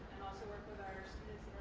also work with our students